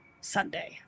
Sunday